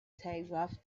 telegraph